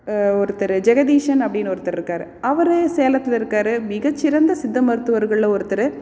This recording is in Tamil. ஒருத்தர் ஜெகதீஷன் அப்படினு ஒருத்தர் இருக்கார் அவர் சேலத்தில் இருக்கார் மிக சிறந்த சித்த மருத்துவர்களில் ஒருத்தர்